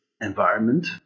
environment